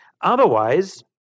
Otherwise